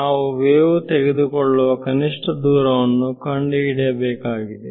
ನಾವು ವೇವು ತೆಗೆದುಕೊಳ್ಳುವ ಕನಿಷ್ಠ ದೂರವನ್ನು ಕಂಡುಹಿಡಿಯಬೇಕಾಗಿದೆ